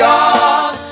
God